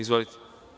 Izvolite.